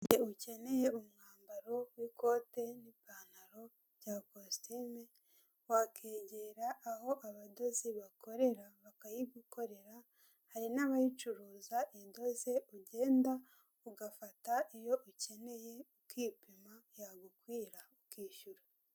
Isoko rifite ibicuruzwa bitandukanye by'imitako yakorewe mu Rwanda, harimo uduseke twinshi n'imitako yo mu ijosi, n'imitako yo kumanika mu nzu harimo n'ibibumbano bigiye bitandukanye n'udutebo.